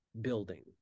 building